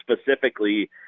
specifically